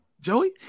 Joey